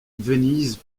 venise